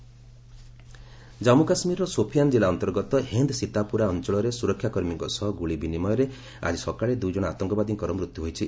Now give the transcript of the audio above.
JK encounter Jammu କାଶ୍ମୀରର ସୋଫିଆନ୍ ଜିଲ୍ଲା ଅନ୍ତର୍ଗତ ହେନ୍ ସୀତାପୁରା ଅଞ୍ଚଳରେ ସୁରକ୍ଷା କର୍ମୀଙ୍କ ସହ ଗୁଳି ବିନିମୟରେ ଆଜି ସକାଳେ ଦୁଇଜଣ ଆତଙ୍କବାଦୀଙ୍କର ମୃତ୍ୟୁ ହୋଇଛି